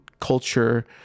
culture